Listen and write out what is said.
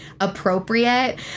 appropriate